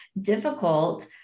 difficult